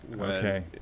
Okay